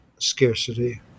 scarcity